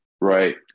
Right